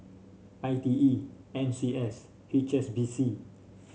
I T E N C S H S B C